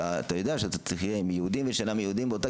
אתה יודע שאתה צריך להיות עם יהודים ואינם יהודים באותה